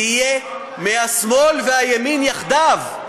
תהיה מהשמאל ומהימין יחדיו.